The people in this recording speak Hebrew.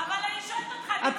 אבל אני שואלת אותך, תתייחס לזה.